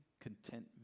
contentment